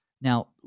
Now